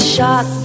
Shot